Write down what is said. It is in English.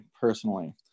personally